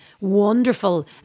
wonderful